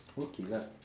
okay lah